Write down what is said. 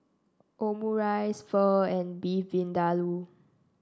Omurice Pho and Beef Vindaloo